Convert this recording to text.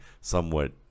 somewhat